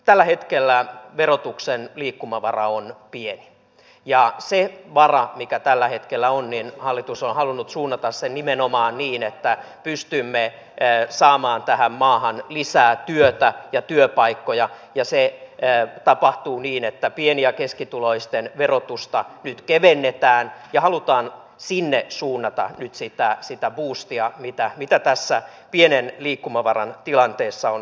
tällä hetkellä verotuksen liikkumavara on pieni ja sen varan mikä tällä hetkellä on hallitus on halunnut suunnata nimenomaan niin että pystymme saamaan tähän maahan lisää työtä ja työpaikkoja ja se tapahtuu niin että pieni ja keskituloisten verotusta nyt kevennetään ja halutaan sinne suunnata nyt sitä buustia mitä tässä pienen liikkumavaran tilanteessa on mahdollista tehdä